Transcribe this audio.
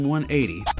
180